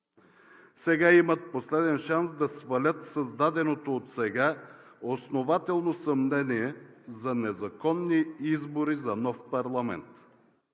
Сега имат последен шанс да свалят създаденото отсега основателно съмнение за незаконни избори за нов парламент.